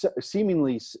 seemingly